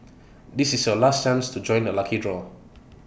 this is your last chance to join the lucky draw